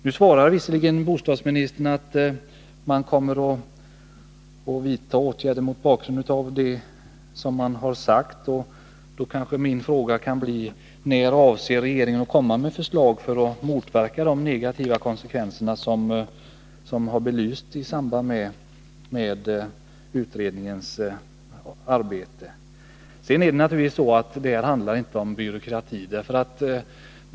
Bostadsministern svarar visserligen att man kommer att vidta åtgärder, och då kanske min fråga kan bli: När avser regeringen att komma med förslag för att motverka de negativa konsekvenser som belysts i samband med utredningens arbete? Sedan handlar det naturligtvis inte om byråkrati.